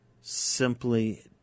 simply